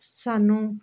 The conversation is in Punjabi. ਸਾਨੂੰ